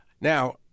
Now